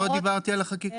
לא דיברתי על החקיקה.